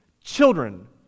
children